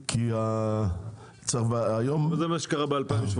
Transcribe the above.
זה מה שקרה ב-2018.